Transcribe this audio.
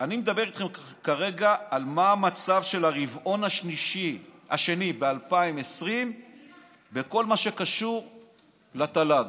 אני מדבר איתכם כרגע על מצב הרבעון השני ב-2020 בכל מה שקשור לתל"ג,